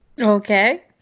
Okay